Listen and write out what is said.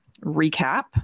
recap